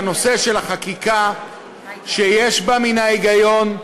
בנושא של חקיקה שיש בה מן ההיגיון,